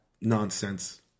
nonsense